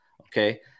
okay